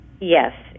Yes